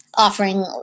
Offering